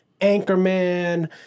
Anchorman